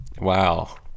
Wow